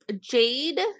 jade